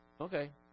Okay